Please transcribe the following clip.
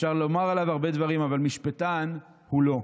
אפשר לומר עליו הרבה דברים, אבל משפטן הוא לא.